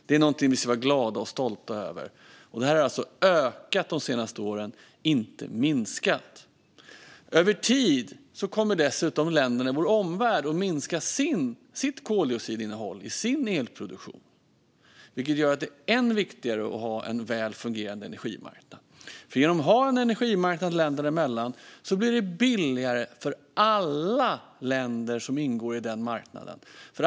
Det är någonting vi ska vara glada för och stolta över, och det här har alltså ökat de senaste åren - inte minskat. Över tid kommer dessutom länderna i vår omvärld att minska sitt koldioxidinnehåll i sin elproduktion, vilket gör att det är än viktigare att ha en väl fungerande energimarknad. Genom att ha en energimarknad länderna emellan blir det billigare för alla länder som ingår i den marknaden.